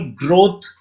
growth